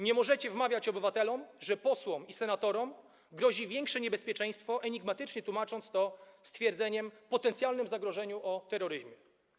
Nie możecie wmawiać obywatelom, że posłom i senatorom grozi większe niebezpieczeństwo, enigmatycznie tłumacząc to stwierdzeniem o potencjalnym zagrożeniu terroryzmem.